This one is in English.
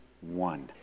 one